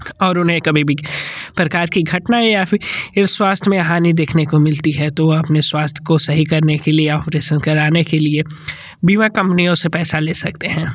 और उन्हें कभी भी किसी प्रकार की घटना या फिर स्वास्थी में हानि देखने को मिलती है तो वह अपने स्वास्थी को सही करने के लिए ऑपरेशन कराने के लिए बीमा की कम्पनियों से पैसा ले सकते हैं